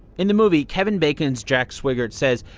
in the movie, kevin bacon's jack swigert says,